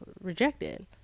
rejected